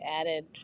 added